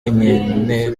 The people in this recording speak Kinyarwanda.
nyine